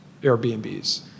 Airbnbs